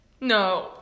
no